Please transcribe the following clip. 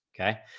Okay